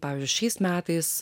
pavyzdžiui šiais metais